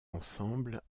ensembles